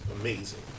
amazing